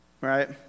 right